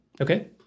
Okay